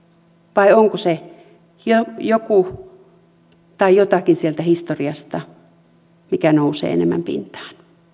vai onko se joku tai jotakin sieltä historiasta mikä nousee enemmän pintaan